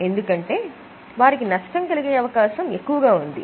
ఎందుకంటే నష్టం కలిగే అవకాశం ఎక్కువగా ఉంది